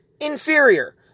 inferior